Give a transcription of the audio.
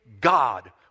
God